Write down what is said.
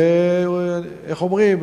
איך אומרים?